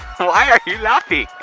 why are you laughing?